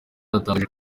yatangaje